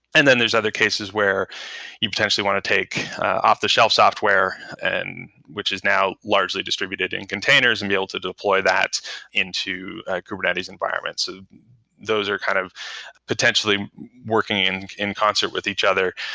and then there're other cases where you potentially want to take off-the-shelf software, and which is now largely distributed in containers and be able to deploy that into a kubernetes environments. ah those are kind of potentially working in in concert with each other.